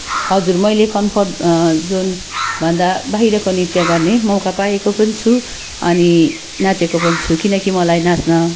हजुर मैले comfort zone भन्दा बाहिरको नृत्य गर्ने मौका पाएको पनि छु अनि नाचेको पनि छु किनकि मलाई नाच्न